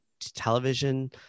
television